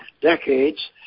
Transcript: decades